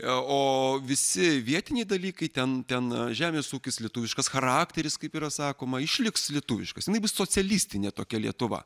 o visi vietiniai dalykai ten ten žemės ūkis lietuviškas charakteris kaip yra sakoma išliks lietuviškas jinai bus socialistinė tokia lietuva